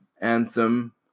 anthem